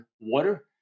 water